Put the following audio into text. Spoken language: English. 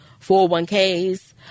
401ks